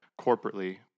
corporately